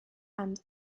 and